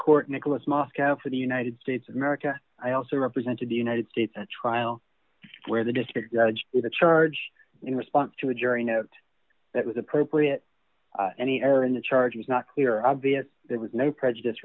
court nicholas moscow for the united states of america i also represented the united states a trial where the district judge is a charge in response to a jury note that was appropriate any error in the charges not clear obvious there was no prejudice